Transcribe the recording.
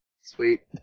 Sweet